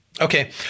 Okay